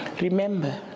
Remember